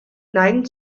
neigen